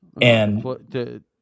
and-